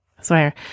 swear